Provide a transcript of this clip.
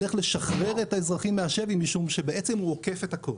הולך לשחרר את האזרחים מהשבי משום שבעצם הוא עוקף את הכול.